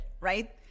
right